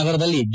ನಗರದಲ್ಲಿ ಡಿ